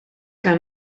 que